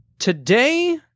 Today